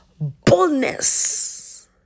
boldness